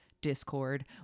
discord